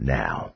now